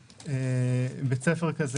למשל, יש בית ספר כזה